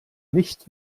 nicht